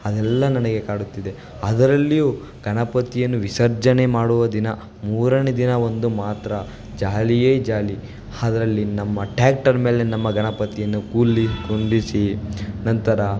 ಅದೆಲ್ಲ ನನಗೆ ಕಾಡುತ್ತಿದೆ ಅದರಲ್ಲಿಯೂ ಗಣಪತಿಯನ್ನು ವಿಸರ್ಜನೆ ಮಾಡುವ ದಿನ ಮೂರನೇ ದಿನ ಒಂದು ಮಾತ್ರ ಜಾಲಿಯೇ ಜಾಲಿ ಅದರಲ್ಲಿ ನಮ್ಮ ಟ್ಯಾಕ್ಟರ್ ಮೇಲೆ ನಮ್ಮ ಗಣಪತಿಯನ್ನು ಕೂರ್ಸಿ ಕುಂಡಿಸಿ ನಂತರ